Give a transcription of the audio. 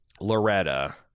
Loretta